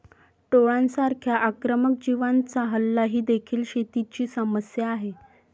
टोळांसारख्या आक्रमक जीवांचा हल्ला ही देखील शेतीची समस्या आहे